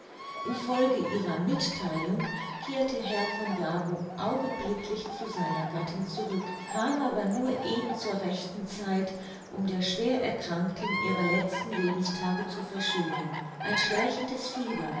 in folge ihrer mittheilung kehrte herr von jagow augenblicklich zu seiner gattin zurück kam aber nur eben zur rechten zeit um der schwer erkrankten ihre letzten lebenstage zu verschönen ein schleichendes fieber